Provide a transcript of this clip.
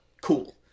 cool